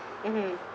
mmhmm